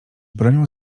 bronią